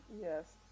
Yes